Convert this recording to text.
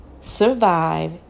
survive